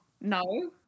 No